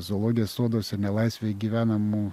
zoologijos soduose nelaisvėj gyvenamų